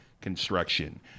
Construction